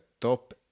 top